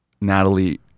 Natalie